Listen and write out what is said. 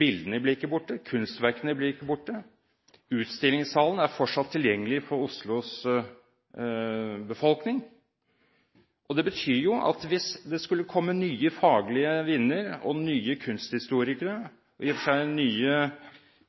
bildene blir ikke borte, kunstverkene blir ikke borte, utstillingssalen er fortsatt tilgjengelig for Oslos befolkning. Det betyr at hvis det skulle komme nye faglige vinder og nye kunsthistorikere, og i og for seg